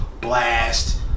Blast